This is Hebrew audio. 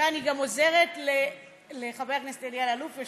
ואני גם עוזרת לחבר הכנסת אלי אלאלוף,